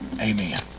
Amen